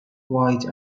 white